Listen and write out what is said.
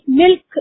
milk